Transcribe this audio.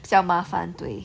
小麻烦对